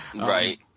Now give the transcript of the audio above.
right